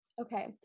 Okay